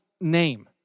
name